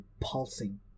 pulsing